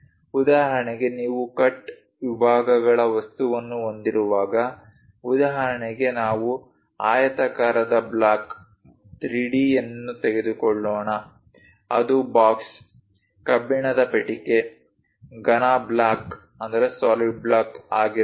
ಉದಾಹರಣೆಗೆ ನೀವು ಕಟ್ ವಿಭಾಗಗಳ ವಸ್ತುವನ್ನು ಹೊಂದಿರುವಾಗ ಉದಾಹರಣೆಗೆ ನಾವು ಆಯತಾಕಾರದ ಬ್ಲಾಕ್ 3D ಅನ್ನು ತೆಗೆದುಕೊಳ್ಳೋಣ ಅದು ಬಾಕ್ಸ್ ಕಬ್ಬಿಣದ ಪೆಟ್ಟಿಗೆ ಘನ ಬ್ಲಾಕ್ ಆಗಿರಬಹುದು